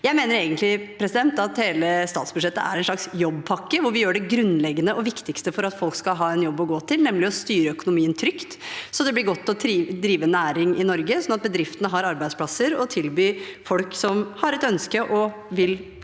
Jeg mener egentlig at hele statsbudsjettet er en slags jobbpakke, hvor vi gjør det grunnleggende og viktigste for at folk skal ha en jobb å gå til, nemlig å styre økonomien trygt, sånn at det blir godt å drive næring i Norge og bedriftene har arbeidsplasser å tilby folk som har et ønske om å komme